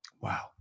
Wow